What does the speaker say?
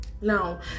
Now